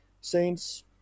Saints